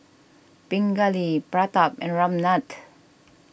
Pingali Pratap and Ramnath